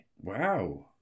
Wow